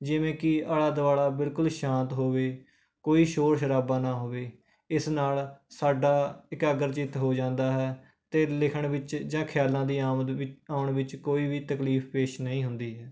ਜਿਵੇਂ ਕਿ ਆਲਾ ਦੁਆਲਾ ਬਿਲਕੁਲ ਸ਼ਾਂਤ ਹੋਵੇ ਕੋਈ ਸ਼ੋਰ ਸ਼ਰਾਬਾ ਨਾ ਹੋਵੇ ਇਸ ਨਾਲ ਸਾਡਾ ਇਕਾਗਰ ਚਿੱਤ ਹੋ ਜਾਂਦਾ ਹੈ ਅਤੇ ਲਿਖਣ ਵਿੱਚ ਜਾਂ ਖਿਆਲਾਂ ਦੀ ਆਮਦ ਵਿੱਚ ਆਉਣ ਵਿੱਚ ਕੋਈ ਵੀ ਤਕਲੀਫ਼ ਪੇਸ਼ ਨਹੀਂ ਹੁੰਦੀ ਹੈ